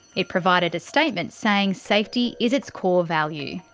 it provided a statement saying safety is its core value.